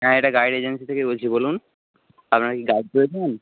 হ্যাঁ এটা guide agency থেকে বলছি বলুন আপনার কি গাইড প্রয়োজন